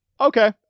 Okay